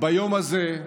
ביום הזה,